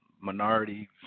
minority